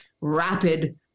rapid